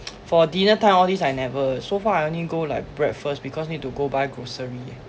for dinner time all these I never so far I only go like breakfast because need to go buy grocery